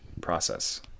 process